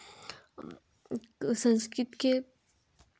संस्कृत के